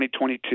2022